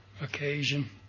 occasion